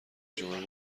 جمعه